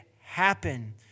happen